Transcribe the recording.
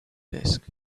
disk